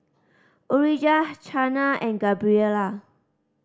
Orijah Chana and Gabriella